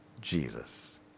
Jesus